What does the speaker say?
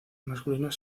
masculinos